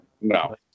No